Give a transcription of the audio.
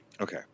Okay